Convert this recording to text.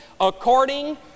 according